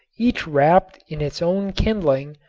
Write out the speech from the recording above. each wrapped in its own kindling,